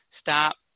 Stop